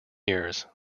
years